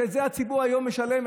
שאת זה הציבור היום משלם,